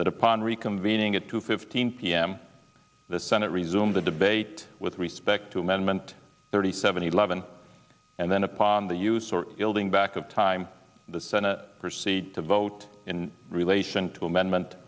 that upon reconvening at two fifteen p m the senate resumed the debate with respect to amendment thirty seven eleven and then upon the use or building back of time the senate proceed to vote in relation to amendment